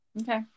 okay